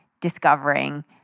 discovering